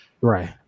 Right